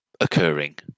occurring